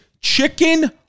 chicken